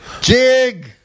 Jig